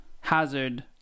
Hazard